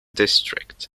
district